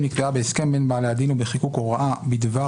אם נקבעה בהסכם בין בעלי הדין או בחיקוק הוראה בדבר